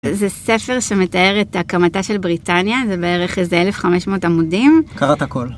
זה ספר שמתאר את הקמתה של בריטניה, זה בערך איזה 1500 עמודים. קראת הכל.